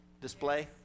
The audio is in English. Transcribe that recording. display